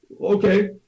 Okay